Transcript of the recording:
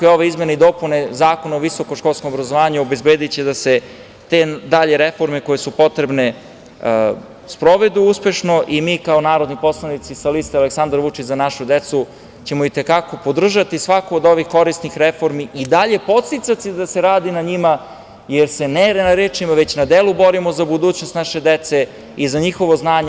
Ove izmene i dopune Zakona o visokoškolskom obrazovanju obezbediće da se te dalje reforme koje su potrebne sprovedu uspešno i mi, kao narodni poslanici, sa liste Aleksandar Vučić – Za našu decu ćemo i te kako podržati svaku od ovih korisnih reformi i dalje podsticati da se radi na njima, jer se na delu borimo za budućnost naše dece i za njihovo znanje.